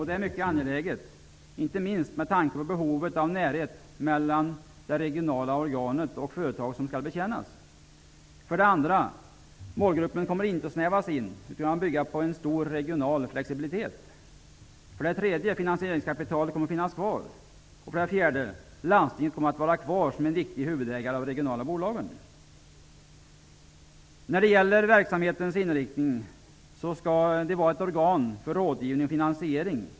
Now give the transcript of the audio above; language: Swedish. Det är mycket angeläget, inte minst med tanke på behovet av närhet mellan det regionala organet och de företag som skall betjänas. För det andra kommer målgruppen inte att begränsas. Den kommer i stället att bygga på en stor regional flexibilitet. För det tredje kommer finansieringskapitalet att finnas kvar. För det fjärde kommer landstingen att vara kvar som en viktig huvudägare av de regionala bolagen. Dessa bolag skall vara organ för rådgivning och finansiering.